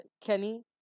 Kenny